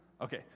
okay